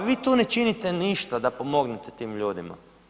Vi tu ne činite ništa da pomognete tim ljudima.